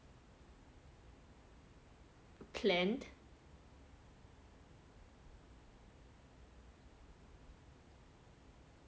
planned